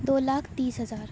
دو لاکھ تیس ہزار